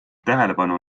tähelepanu